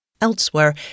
Elsewhere